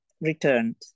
returned